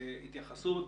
להתייחסות,